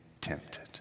tempted